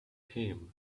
him